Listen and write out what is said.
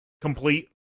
complete